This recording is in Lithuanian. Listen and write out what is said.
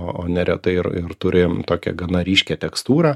o neretai ir ir turi tokią gana ryškią tekstūrą